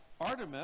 Artemis